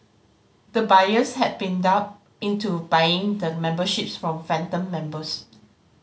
the buyers had been duped into buying the memberships from phantom members